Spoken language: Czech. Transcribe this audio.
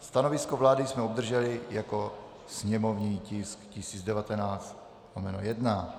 Stanovisko vlády jsme obdrželi jako sněmovní tisk 1019/1.